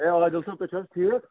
ہے عادل صٲب تُہۍ چھو حظ ٹھیٖک